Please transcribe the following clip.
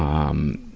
um,